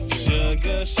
sugar